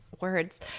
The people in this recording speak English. words